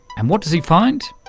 and what did he find?